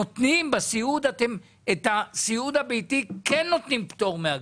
ובסיעוד הביתי כן נותנים את הפטור מאגרה.